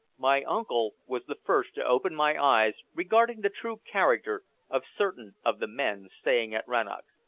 my uncle was the first to open my eyes regarding the true character of certain of the men staying at rannoch.